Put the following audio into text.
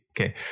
Okay